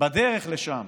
בדרך לשם,